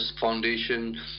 foundation